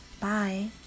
bye